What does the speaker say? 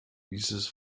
dieses